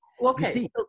Okay